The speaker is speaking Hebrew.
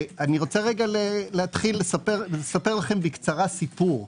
אני רוצה לספר לכם בקצרה סיפור.